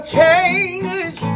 change